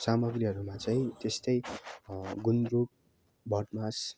सामग्रीहरूमा चाहिँ त्यस्तै गुन्द्रुक भटमास